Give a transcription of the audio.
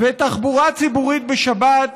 תחבורה ציבורית בשבת,